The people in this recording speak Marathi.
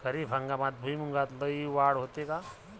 खरीप हंगामात भुईमूगात लई वाढ होते का?